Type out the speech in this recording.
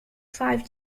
five